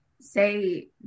say